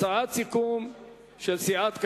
הצעת הסיכום של סיעת קדימה,